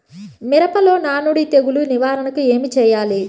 మిరపలో నానుడి తెగులు నివారణకు ఏమి చేయాలి?